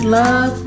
love